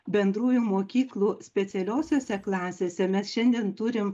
bendrųjų mokyklų specialiosiose klasėse mes šiandien turim